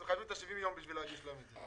אז חייבים את ה-70 יום כדי להגיש להם את זה...